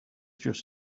just